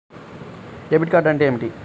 Debit card అంటే ఏమిటి?